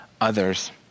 others